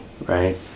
right